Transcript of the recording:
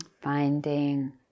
Finding